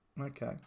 Okay